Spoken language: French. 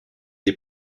des